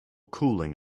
cooling